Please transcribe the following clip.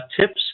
tips